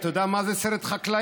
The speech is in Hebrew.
אתה יודע מה זה סרט חקלאי?